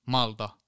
Malta